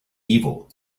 evil